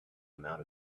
amount